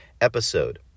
episode